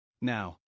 Now